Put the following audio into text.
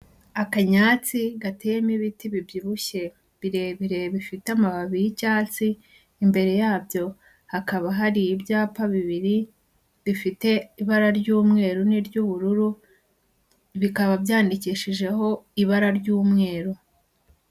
Akanyatsi gateyemo ibiti bibyibushye birebire bifite amababi y'icyatsi, imbere yabyo hakaba hari ibyapa bibiri bifite ibara ry'umweru n'iry'ubururu bikaba byandikishijeho ibara ry'umweru.